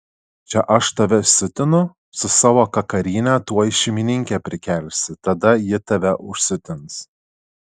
čia aš tave siutinu su savo kakarine tuoj šeimininkę prikelsi tada ji tave užsiutins